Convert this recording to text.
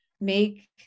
make